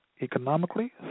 economically